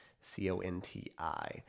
C-O-N-T-I